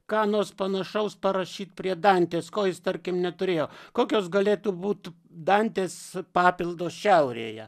ką nors panašaus parašyti prie dantės kol jis tarkim neturėjo kokios galėtų būt dantės papildo šiaurėje